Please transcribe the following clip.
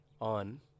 on